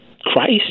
Christ